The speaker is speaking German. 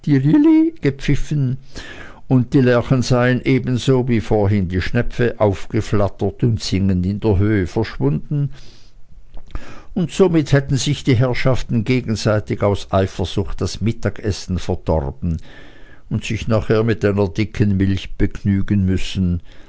und die lerchen seien ebenso wie vorhin die schnepfe aufgeflattert und singend in der höhe verschwunden und somit hätten sich die herrschaften gegenseitig aus eifersucht das mittagessen verdorben und sich nachher mit einer dicken milch begnügen müssen